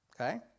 Okay